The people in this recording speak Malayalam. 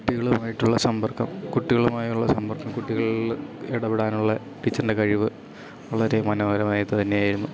കുട്ടികളുമായിട്ടുള്ള സമ്പർക്കം കുട്ടികളുമായുള്ള സമ്പർക്കം കുട്ടികളിൽ ഇടപെടാനുള്ള ടീച്ചറിൻ്റെ കഴിവ് വളരെ മനോഹരമായതു തന്നെയായിരുന്നു